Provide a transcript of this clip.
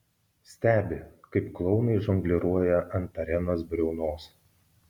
stebi kaip klounai žongliruoja ant arenos briaunos